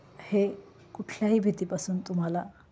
हे कुठल्याही भीतीपासून तुम्हाला